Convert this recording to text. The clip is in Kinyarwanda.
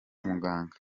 muganga